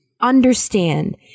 understand